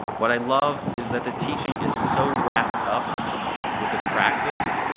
what i love is that the teaching is so wrapped up with the practice